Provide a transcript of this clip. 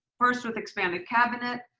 first with expanded cabinet,